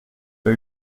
pas